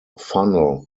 funnel